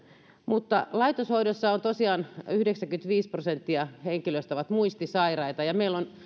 mutta laitoshoidossa olevista henkilöistä tosiaan yhdeksänkymmentäviisi prosenttia on muistisairaita ja ja meillä on